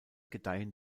gedeihen